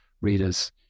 readers